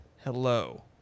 hello